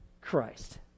Christ